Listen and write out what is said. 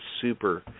super